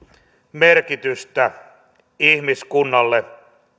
merkitystä ihmiskunnalle